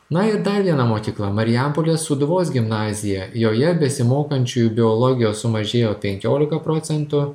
na ir dar viena mokykla marijampolės sūduvos gimnazija joje besimokančiųjų biologijos sumažėjo penkiolika procentų